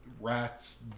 rat's